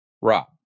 rob